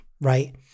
right